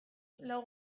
lau